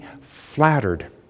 flattered